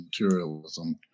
materialism